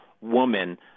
woman